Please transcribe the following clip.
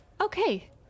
okay